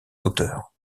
auteurs